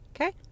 Okay